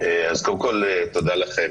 קודם כול, תודה לכם,